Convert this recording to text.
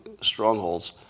strongholds